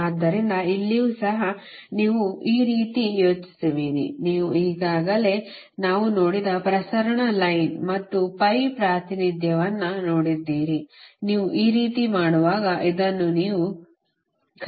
ಆದ್ದರಿಂದ ಇಲ್ಲಿಯೂ ಸಹ ನೀವು ಆ ರೀತಿ ಯೋಚಿಸುವಿರಿ ನೀವು ಈಗಾಗಲೇ ನಾವು ನೋಡಿದ ಪ್ರಸರಣ ಲೈನ್ ಮತ್ತು ಪೈ ಪ್ರಾತಿನಿಧ್ಯವನ್ನು ನೋಡಿದ್ದೀರಿ ನೀವು ಈ ರೀತಿ ಮಾಡುವಾಗ ಇದನ್ನು ನೀವು ಕರೆಯುವಿರಿ